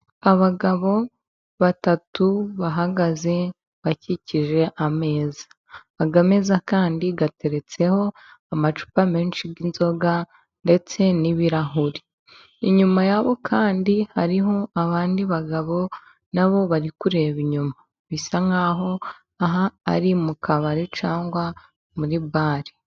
Abagabo batatu bahagaze bakikije ameza. Aya meza kandi ateretseho amacupa menshi y'inzoga, ndetse n'ibirahuri. Inyuma yabo kandi hariho abandi bagabo nabo bari kureba inyuma. Bisa nk'aho aha ari mu kabari cyangwa muri bare.